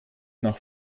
nach